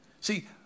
See